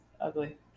ugly